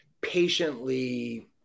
patiently